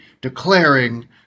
declaring